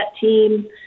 team